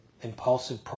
impulsive